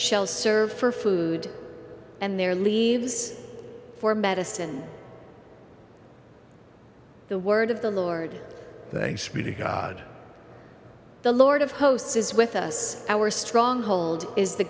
shall serve for food and their leaves for medicine the word of the lord god the lord of hosts is with us our stronghold is the